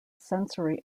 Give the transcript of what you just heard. sensory